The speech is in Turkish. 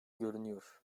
görünüyor